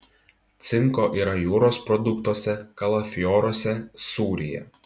cinko yra jūros produktuose kalafioruose sūryje